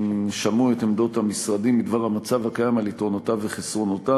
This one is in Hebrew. הם שמעו את עמדות המשרדים בדבר המצב הקיים על יתרונותיו וחסרונותיו,